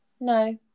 No